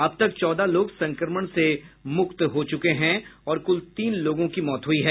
अब तक चौदह लोग संक्रमण से मुक्त हो चुके हैं और कुल तीन लोगों की मौत हुई है